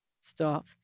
Stop